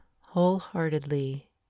wholeheartedly